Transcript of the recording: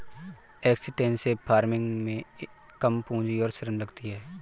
extensive farming में कम पूंजी और श्रम लगती है